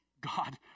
God